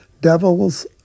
devils